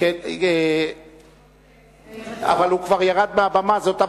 אבל הוא כבר ירד מהבמה, זאת הבעיה.